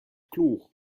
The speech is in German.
klug